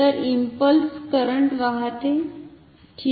तर impulse current वाह्ते